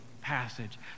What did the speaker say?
passage